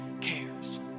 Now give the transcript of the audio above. cares